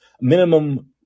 minimum